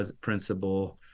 principal